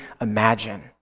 imagine